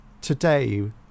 today